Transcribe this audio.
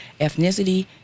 Ethnicity